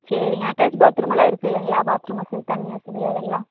சரிங்க அட்டாச் பாத்ரூமெல்லாம் இருக்கு இல்லைங்களா பாத்ரூம் வசதி தண்ணி வசதி அதெல்லாம்